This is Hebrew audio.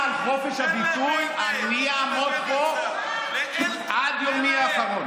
תן לבנט לענות.